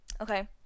Okay